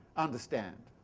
understand.